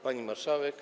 Pani Marszałek!